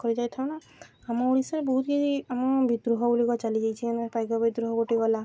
କରିଯାଇଥାଉନା ଆମ ଓଡ଼ିଶାରେ ବହୁତ କି ଆମ ବିଦ୍ରୋହ ଗୁଡ଼ିକ ଚାଲିଯାଇଛି ଏଇନା ପାଇକ ବିଦ୍ରୋହ ଗୋଟେ ଗଲା